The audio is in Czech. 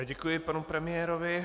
Děkuji panu premiérovi.